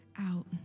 out